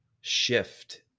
shift